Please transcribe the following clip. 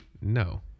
no